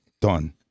Done